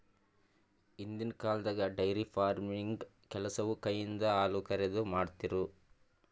ಹಿಂದಿನ್ ಕಾಲ್ದಾಗ dairy farming ಕೆಲಸವು ಕೈಯಿಂದ ಹಾಲುಕರೆದು, ಮಾಡ್ತಿರು